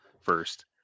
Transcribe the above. first